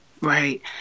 Right